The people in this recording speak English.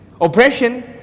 Oppression